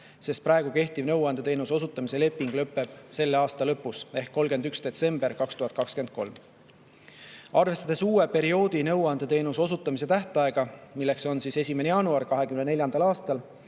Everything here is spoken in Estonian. sest praegu kehtiv nõuandeteenuse osutamise leping lõpeb selle aasta lõpus ehk 31. detsembril 2023. Arvestades uue perioodi nõuandeteenuse osutamise tähtaega, mis on 2024. aasta 1. jaanuar,